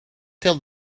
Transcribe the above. till